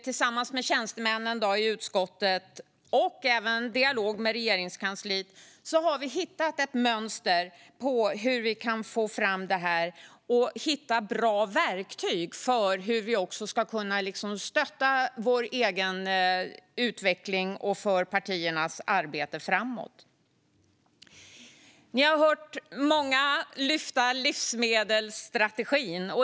Tillsammans med tjänstemännen i utskottet och även i dialog med Regeringskansliet har vi hittat ett mönster för hur vi kan få fram det här. Vi har hittat bra verktyg för hur vi ska kunna stötta vår egen utveckling och föra partiernas arbete framåt. Ni har hört många lyfta fram livsmedelsstrategin.